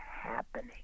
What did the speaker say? happening